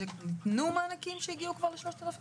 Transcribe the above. שניתנו מענקים שהגיעו כבר ל-3,700?